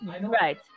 right